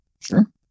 Sure